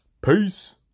Peace